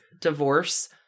divorce